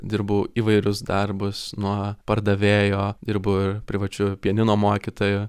dirbau įvairius darbus nuo pardavėjo dirbau ir privačiu pianino mokytoju